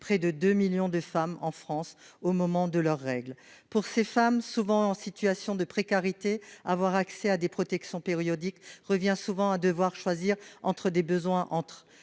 près de 2 millions de femmes en France au moment de leur règle pour ces femmes, souvent en situation de précarité, avoir accès à des protections périodiques revient souvent à devoir choisir entre des besoins